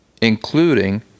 including